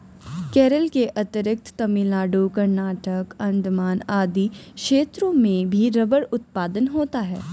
केरल के अतिरिक्त तमिलनाडु, कर्नाटक, अण्डमान आदि क्षेत्रों में भी रबर उत्पादन होता है